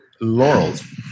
Laurel's